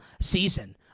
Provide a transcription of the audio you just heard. season